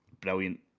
Brilliant